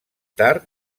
tard